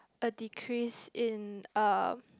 a decrease in uh